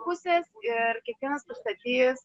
pusės ir kiekvienas pristatys